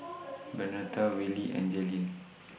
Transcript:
Bernetta Wiley and Jailyn